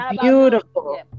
beautiful